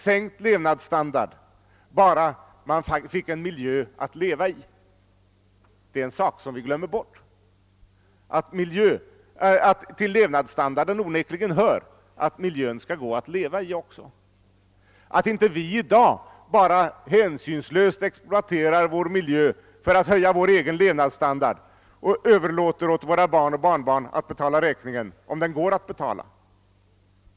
Det finns också andra intressen, och det är dessa som skall vägas i regering och i riksdag, och då kanske resultatet blir något annorlunda. Vi får i dag inte hänsynslöst exploatera vår miljö för att höja vår egen levnadsstandard och överlåta åt våra barn och barnbarn att betala räkningen — om denna ens går att betala.